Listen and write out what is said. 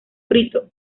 frito